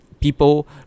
People